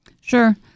Sure